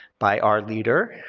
by our leader,